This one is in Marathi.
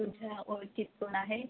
तुझ्या ओळखीत कोण आहे